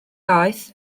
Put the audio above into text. aeth